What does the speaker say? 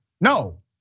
no